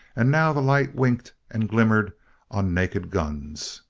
and now the light winked and glimmered on naked guns.